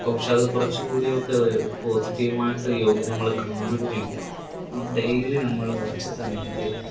ഇപ്പം പക്ഷെ അത് കുറച്ച്കൂടിയൊക്കെ അത് പോസിറ്റീവുമായിട്ട് യോഗയെ നമ്മൾ കാണുകയും ഡെയിലി നമ്മൾ കുറച്ച് സമയം ഒരു